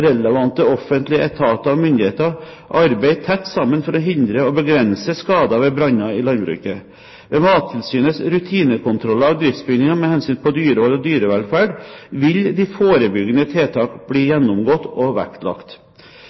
relevante offentlige etater og myndigheter, arbeider tett sammen for å hindre og begrense skader ved branner i landbruket. Ved Mattilsynets rutinekontroller av driftsbygninger med hensyn til dyrehold og dyrevelferd, vil de forebyggende tiltak bli gjennomgått og vektlagt.